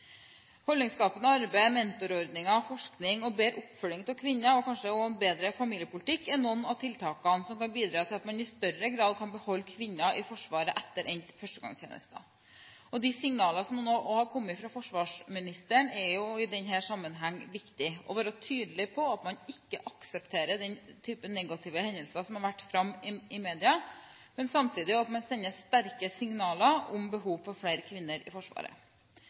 Holdningsskapende arbeid, mentorordninger, forskning og bedre oppfølging av kvinner og kanskje også en bedre familiepolitikk er noen av tiltakene som kan bidra til at man i større grad kan beholde kvinner i Forsvaret etter endt førstegangstjeneste. De signalene som nå har kommet fra forsvarsministeren, er i denne sammenhengen viktig; å være tydelig på at man ikke aksepterer den type negative hendelser som har vært fremme i media, samtidig som man sender sterke signaler om behovet for flere kvinner i Forsvaret.